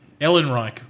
Ellenreich